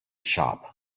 shop